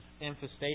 infestation